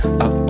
up